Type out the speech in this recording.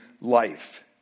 life